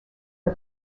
the